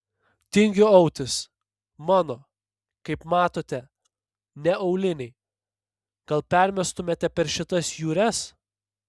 tingiu autis mano kaip matote ne auliniai gal permestumėte per šitas jūres